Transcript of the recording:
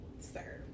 Sir